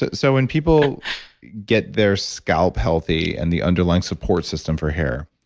but so when people get their scalp healthy, and the underlying support system for hair,